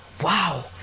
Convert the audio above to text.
wow